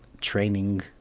training